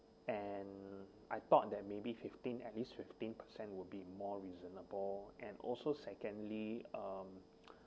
and I thought that maybe fifteen at least fifteen percent would be more reasonable and also secondly um